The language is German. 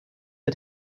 der